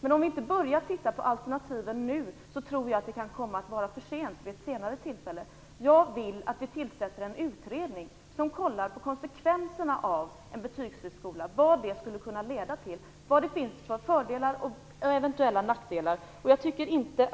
Men om vi inte börjar titta på alternativen nu tror jag att det kan komma att vara för sent vid ett senare tillfälle. Jag vill att vi tillsätter en utredning som kollar på konsekvenserna av en betygsfri skola, ser vad det skulle kunna leda till och vad det finns för fördelar och eventuella nackdelar. Jag har inte